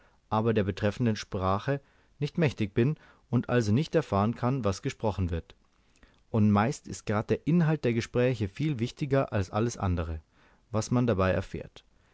aber der betreffenden sprache nicht mächtig bin und also nicht erfahren kann was gesprochen wird und meist ist grad der inhalt der gespräche viel wichtiger als alles andere was man dabei erfährt